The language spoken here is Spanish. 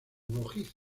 rojizo